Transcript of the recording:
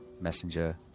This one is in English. messenger